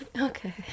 Okay